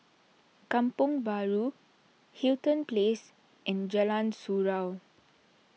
Kampong Bahru Hamilton Place and Jalan Surau